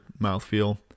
mouthfeel